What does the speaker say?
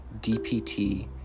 DPT